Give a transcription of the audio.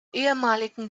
ehemaligen